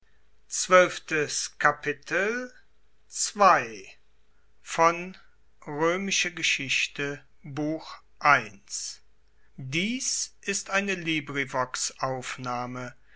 dies ist die